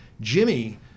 Jimmy